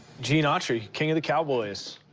gene autry, king of the cowboys.